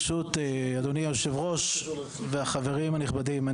ברשות אדוני היושב-ראש והחברים הנכבדים,